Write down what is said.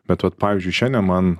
bet vat pavyzdžiui šiandien man